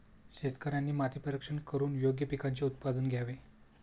शेतकऱ्यांनी माती परीक्षण करून योग्य पिकांचे उत्पादन घ्यावे